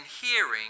hearing